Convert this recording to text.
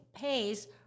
pays